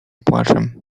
płaczem